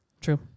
True